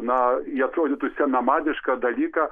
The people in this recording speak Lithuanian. na į atrodytų senamadišką dalyką